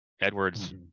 Edwards